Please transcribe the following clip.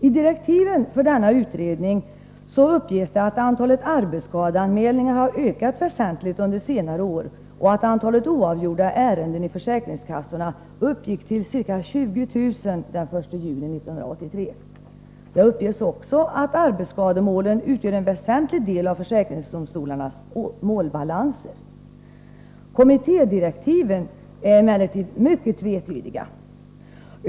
I direktiven till denna utredning uppges det att antalet arbetsskadeanmälningar har ökat väsentligt under senare år och att antalet oavgjorda arbetsskadeärenden i försäkringskassorna uppgick till ca 20 000 den 1 juli 1983. Det uppges också att arbetsskademålen utgör en väsentlig del av försäkringsdomstolarnas målbalanser. | Kommittédirektiven är emellertid mycket tvetydiga.